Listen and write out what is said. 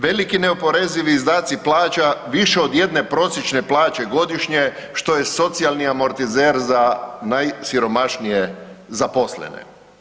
Veliki neoporezivi izdaci plaća više od jedne prosječne plače godišnje, što je socijalni amortizer za najsiromašnije zaposlene.